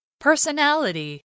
Personality